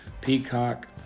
Peacock